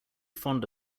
fond